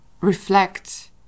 reflect